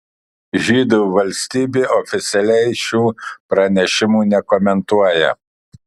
žydų valstybė oficialiai šių pranešimų nekomentuoja